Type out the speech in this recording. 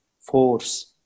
force